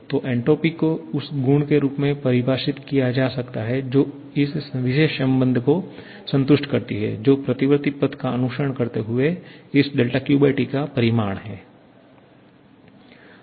तो एन्ट्रापी को उस गुण के रूप में परिभाषित किया जा सकता है जो इस विशेष संबंध को संतुष्ट करती है जो प्रतिवर्ती पथ का अनुसरण करते हुए इस QT का परिमाण है